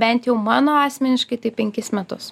bent jau mano asmeniškai tai penkis metus